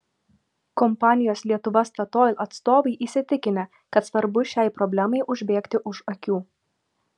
kompanijos lietuva statoil atstovai įsitikinę kad svarbu šiai problemai užbėgti už akių